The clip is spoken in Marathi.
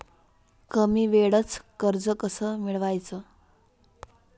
कमी वेळचं कर्ज कस मिळवाचं?